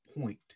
point